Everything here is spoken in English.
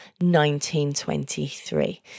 1923